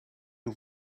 you